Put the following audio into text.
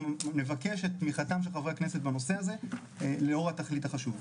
נבקש את תמיכתם של חברי הכנסת בנושא הזה לאור התכלית החשוב.